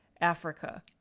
Africa